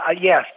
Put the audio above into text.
Yes